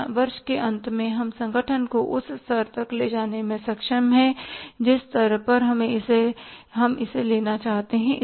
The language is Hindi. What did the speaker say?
और वर्ष के अंत में हम संगठन को उस स्तर तक ले जाने में सक्षम हैं जिस स्तर पर हम इसे लेना चाहते हैं